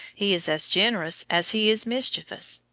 he is as generous as he is mischievous,